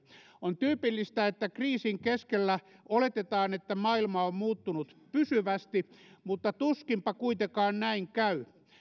on tyypillistä että kriisin keskellä oletetaan että maailma on muuttunut pysyvästi mutta tuskinpa kuitenkaan näin käy